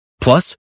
Plus